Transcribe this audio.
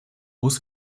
muss